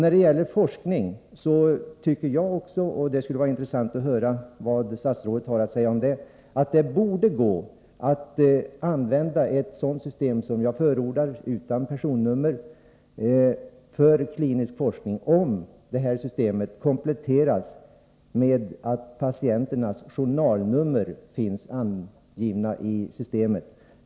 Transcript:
När det gäller forskning tycker jag också — det skulle vara intressant att höra vad statsrådet har att säga om detta — att det borde gå att för klinisk forskning använda ett system utan personnummer, som jag förordar, om detta system kompletteras med att patienternas journalnummer finns angivna.